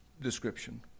description